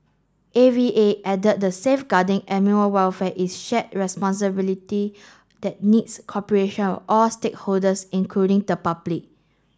A V A added the safeguarding animal welfare is shared responsibility that needs cooperation of all stakeholders including the public